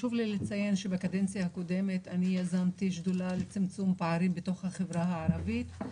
בקדנציה הקודמת יזמתי שדולה לצמצום פערים בתוך החברה הערבית.